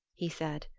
he said.